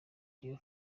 dian